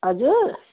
हजुर